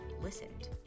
listened